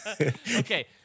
Okay